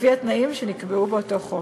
לפי התנאים שנקבעו באותו חוק.